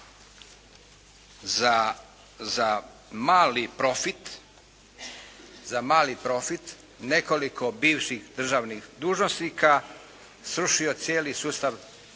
za mali profit, nekoliko bivših državnih dužnosnika srušio cijeli sustav